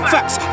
Facts